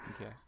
Okay